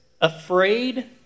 afraid